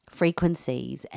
frequencies